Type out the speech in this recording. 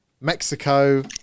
Mexico